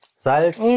Salz